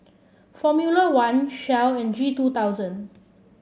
Formula One Shell and G two thousand